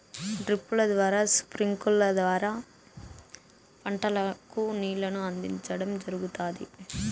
డ్రిప్పుల ద్వారా స్ప్రింక్లర్ల ద్వారా పంటలకు నీళ్ళను అందించడం జరుగుతాది